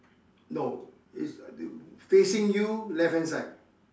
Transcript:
no it's facing you left hand side